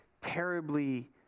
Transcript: terribly